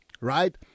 right